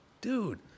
Dude